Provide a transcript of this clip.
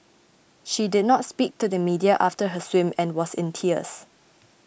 she did not speak to the media after her swim and was in tears